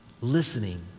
listening